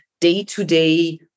day-to-day